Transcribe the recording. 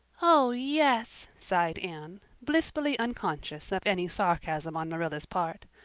oh yes, sighed anne, blissfully unconscious of any sarcasm on marilla's part.